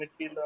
midfielder